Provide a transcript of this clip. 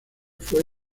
fue